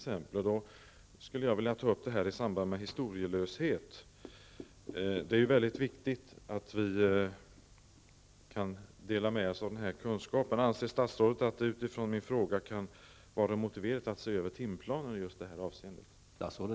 Jag skulle vilja ta upp detta i samband med att vi diskuterar historielösheten. Det är ju mycket viktigt att vi kan dela med oss av den här kunskapen. Anser statsrådet att det utifrån min fråga kan vara motiverat att se över timplanen i just detta avseende?